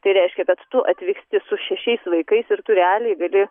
tai reiškia kad tu atvyksti su šešiais vaikais ir tu realiai gali